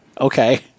okay